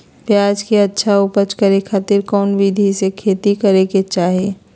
प्याज के अच्छा उपज करे खातिर कौन विधि से खेती करे के चाही?